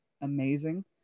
amazing